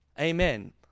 Amen